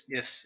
Yes